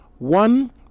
One